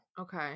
Okay